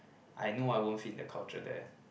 I know I won't fit in the culture there